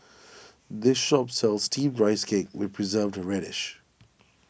this shop sells Steamed Rice Cake with Preserved Radish